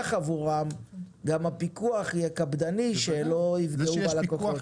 עבורם גם הפיקוח יהיה קפדני שלא יפגעו בלקוחות.